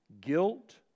guilt